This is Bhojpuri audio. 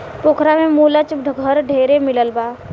पोखरा में मुलच घर ढेरे मिलल बा